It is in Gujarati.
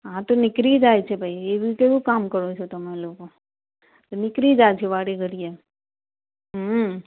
હા તો નીકળી જાય છે ભાઈ એવું કેવું કામ કરો છો તમે લોકો નીકળી જાય છે વારે ઘડીએ હમ્મ